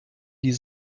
die